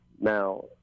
Now